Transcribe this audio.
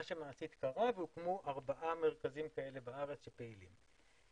מה שמעשית קרה והוקמו ארבעה מרכזים כאלה בארץ שפעילים.